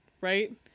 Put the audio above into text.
right